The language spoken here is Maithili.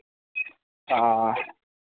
ओ